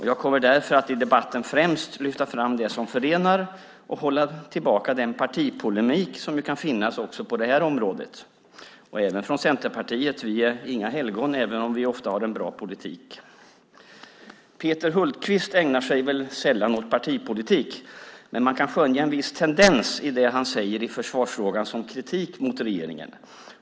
Jag kommer därför att i debatten främst lyfta fram det som förenar och hålla tillbaka den partipolemik som kan finnas även på detta område. Det gäller också Centerpartiet; vi är inga helgon även om vi ofta har en bra politik. Peter Hultqvist ägnar sig väl sällan åt partipolitik, men i det han säger i försvarsfrågan kan man skönja en viss tendens till kritik mot regeringen.